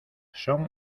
son